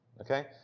Okay